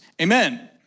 Amen